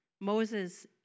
Moses